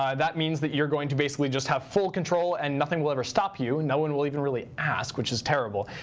um that means that you're going to basically just have full control and nothing will ever stop you. no one will even really ask, which is terrible.